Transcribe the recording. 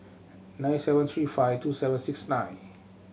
nine seven three five two seven six nine